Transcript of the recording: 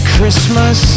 Christmas